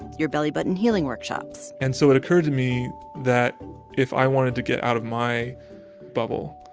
your belly button healing workshops and so it occurred to me that if i wanted to get out of my bubble,